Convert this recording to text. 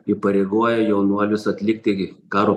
įpareigoja jaunuolius atlikti gi karo